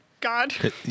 God